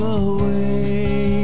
away